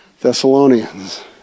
Thessalonians